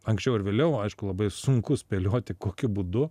anksčiau ar vėliau aišku labai sunku spėlioti kokiu būdu